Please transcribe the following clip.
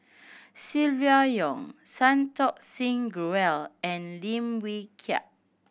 Silvia Yong Santokh Singh Grewal and Lim Wee Kiak